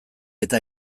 eta